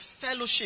fellowship